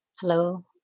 Hello